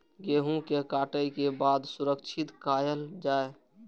गेहूँ के काटे के बाद सुरक्षित कायल जाय?